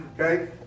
okay